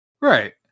Right